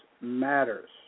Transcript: matters